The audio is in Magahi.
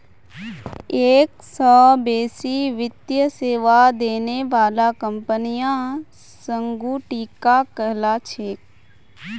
एक स बेसी वित्तीय सेवा देने बाला कंपनियां संगुटिका कहला छेक